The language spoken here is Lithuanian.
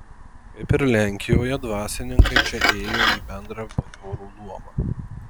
kaip ir lenkijoje dvasininkai čia įėjo į bendrą bajorų luomą